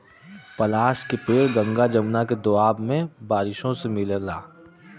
पलाश के पेड़ गंगा जमुना के दोआब में बारिशों से मिलला